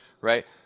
right